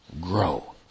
grow